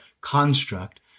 construct